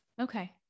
okay